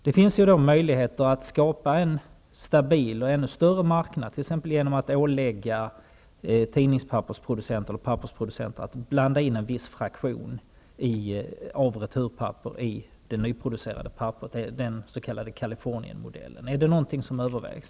Det finns i dag möjligheter att skapa en stabil och ännu större marknad, t.ex. genom att ålägga pappers och tidningspappersproducenter att blanda in en viss fraktion av returpapper i det nyproducerade papperet. Det är den s.k. Kalifornienmodellen. Är det något som övervägs?